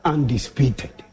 Undisputed